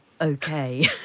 okay